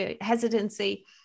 hesitancy